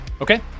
Okay